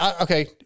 okay